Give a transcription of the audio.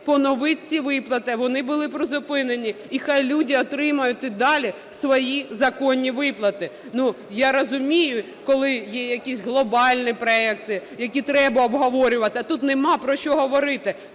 поновіть ці виплати, вони були призупинені, і хай люди отримують і далі свої законні виплати. Я розумію, коли є якісь глобальні проекти, які треба обговорювати, а тут немає про що говорити.